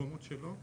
במקומות שלא,